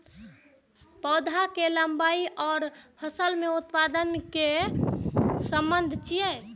पौधा के लंबाई आर फसल के उत्पादन में कि सम्बन्ध छे?